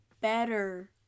better